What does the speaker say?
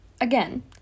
again